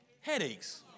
headaches